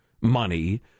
money